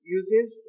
uses